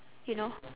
you know